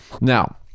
now